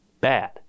bad